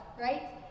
right